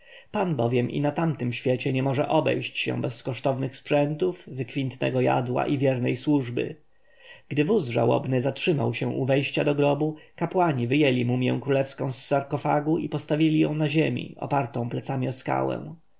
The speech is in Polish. pan bowiem i na tamtym świecie nie może obejść się bez kosztownych sprzętów wykwintnego jadła i wiernej służby gdy wóz żałobny zatrzymał się u wejścia do grobu kapłani wyjęli mumję królewską z sarkofagu i postawili ją na ziemi opartą plecami o skałę